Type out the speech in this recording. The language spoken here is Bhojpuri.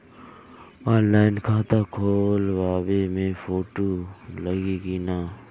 ऑनलाइन खाता खोलबाबे मे फोटो लागि कि ना?